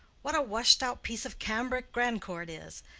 what a washed-out piece of cambric grandcourt is!